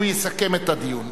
הוא יסכם את הדיון,